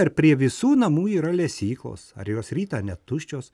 ar prie visų namų yra lesyklos ar jos rytą netuščios